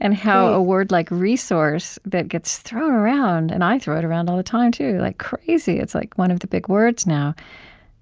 and how a word like resource that gets thrown around and i throw it around all the time too like crazy it's like one of the big words now